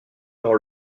dans